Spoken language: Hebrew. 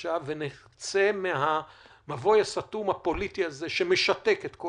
חדשה ונצא מהמבוי הפוליטי הסתום הזה, שמשתק את כל